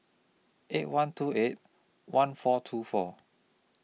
eight one two eight one four two four